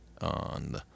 on